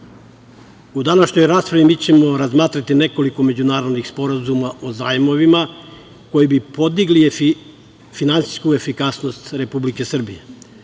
u današnjoj raspravi mi ćemo razmatrati nekoliko međunarodnih sporazuma o zajmovima koji bi podigli finansijsku efikasnost Republike Srbije. Na